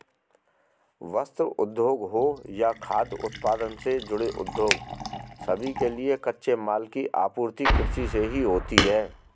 वस्त्र उद्योग हो या खाद्य उत्पादन से जुड़े उद्योग सभी के लिए कच्चे माल की आपूर्ति कृषि से ही होती है